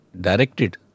directed